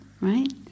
right